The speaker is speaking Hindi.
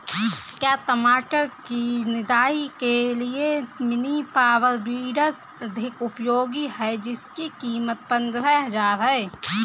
क्या टमाटर की निदाई के लिए मिनी पावर वीडर अधिक उपयोगी है जिसकी कीमत पंद्रह हजार है?